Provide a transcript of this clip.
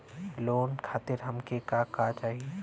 Loan खातीर हमके का का चाही?